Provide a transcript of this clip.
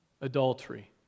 adultery